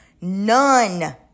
None